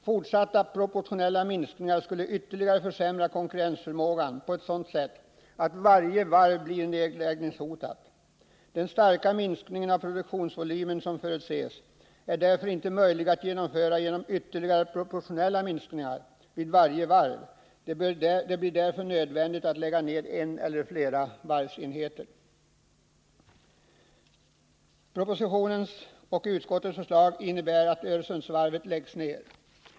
Fortsatta proportionella minskningar skulle ytterligare försämra konkurrensförmågan på ett sådant sätt att varje varv blir nedläggningshotat. Den starka minskning av produktionsvolymen som förutses är därför inte möjlig att genomföra genom ytterligare proportionella minskningar vid varje varv. Det blir därför nödvändigt att lägga ned en eller flera varvsenheter.” Propositionens och utskottets förslag innebär att Öresundsvarvet läggs ned.